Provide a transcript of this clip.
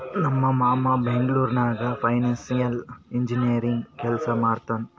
ನಮ್ ಮಾಮಾ ಬೆಂಗ್ಳೂರ್ ನಾಗ್ ಫೈನಾನ್ಸಿಯಲ್ ಇಂಜಿನಿಯರಿಂಗ್ ಕೆಲ್ಸಾ ಮಾಡ್ತಾನ್